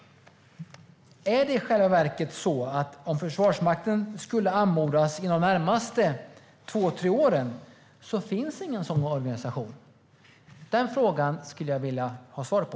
Är det så att om Försvarsmakten skulle anmodas inom de närmaste två tre åren, så finns det inte någon sådan organisation? Den frågan skulle jag vilja ha svar på.